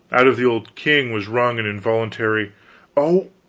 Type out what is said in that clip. out of the old king was wrung an involuntary o